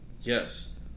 yes